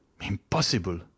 Impossible